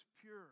pure